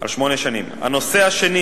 הנושא השני